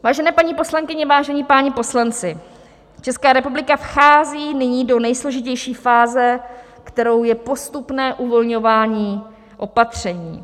Vážené paní poslankyně, vážení páni poslanci, Česká republika vchází nyní do nejsložitější fáze, kterou je postupné uvolňování opatření.